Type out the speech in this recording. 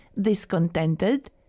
discontented